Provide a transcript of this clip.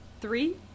three